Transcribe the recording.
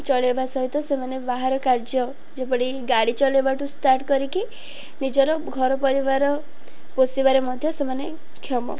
ଚଳାଇବା ସହିତ ସେମାନେ ବାହାର କାର୍ଯ୍ୟ ଯେପରି ଗାଡ଼ି ଚଲାଇବାଠୁ ଷ୍ଟାର୍ଟ କରିକି ନିଜର ଘର ପରିବାର ପୋଷିବାରେ ମଧ୍ୟ ସେମାନେ କ୍ଷମ